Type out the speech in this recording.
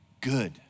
good